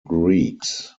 greeks